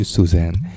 Suzanne